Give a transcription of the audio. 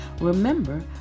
Remember